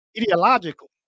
ideological